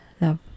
love